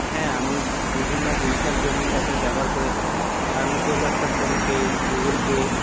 হ্যাঁ আমি বিভিন্ন ডিজিটাল পেমেন্ট অ্যাপের ব্যবহার করে থাকি তার মধ্যে হলো একটা ফোনপে গুগল পে